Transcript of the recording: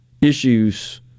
issues